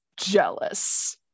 jealous